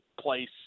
place